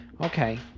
okay